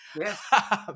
Yes